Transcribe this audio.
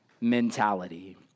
mentality